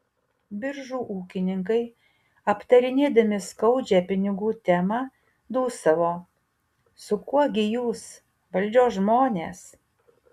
biržų ūkininkai aptarinėdami skaudžią pinigų temą dūsavo su kuo gi jūs valdžios žmonės